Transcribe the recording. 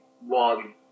one